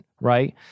Right